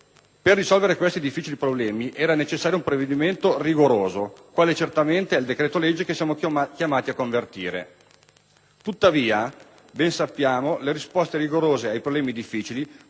Per risolvere questi difficili problemi era necessario un provvedimento rigoroso, quale certamente è il decreto-legge che siamo chiamati a convertire. Tuttavia, come ben sappiamo, le risposte rigorose ai problemi difficili,